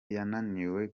yananiwe